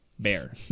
bear